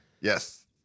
Yes